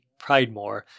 Pridemore